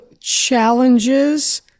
challenges